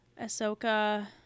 Ahsoka